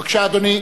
בבקשה, אדוני.